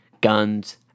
guns